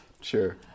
Sure